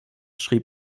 schrieb